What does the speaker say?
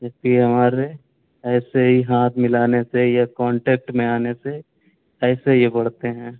جبکہ یہ ہمارے ایسے ہی ہاتھ ملانے سے یا کانٹیکٹ میں آنے سے ایسے یہ بڑھتے ہیں